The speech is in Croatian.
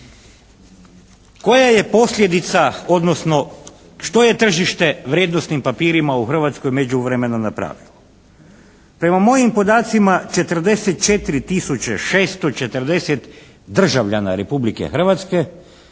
Koja je posljedica, odnosno što je tržište vrijednosnim papirima u Hrvatskoj u međuvremenu napravilo? Prema mojim podacima 44 tisuće 640 državljana Republike Hrvatske